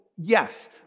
yes